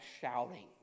shouting